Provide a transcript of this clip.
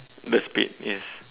the spade yes